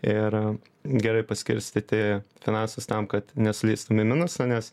ir gerai paskirstyti finansus tam kad neslystum į minusą nes